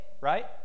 right